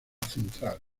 central